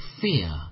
fear